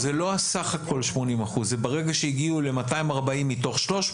זה לא הסך הכול 80%. זה ברגע שהגיעו ל-240 מתוך 300,